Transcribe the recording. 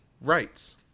rights